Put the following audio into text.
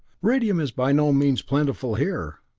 radium is by no means plentiful here,